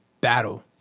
battle